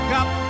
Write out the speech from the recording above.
up